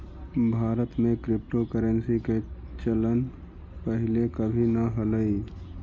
भारत में क्रिप्टोकरेंसी के चलन पहिले कभी न हलई